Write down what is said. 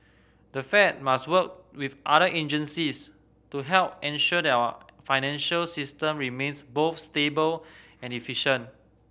the Fed must work with other agencies to help ensure that our financial system remains both stable and efficient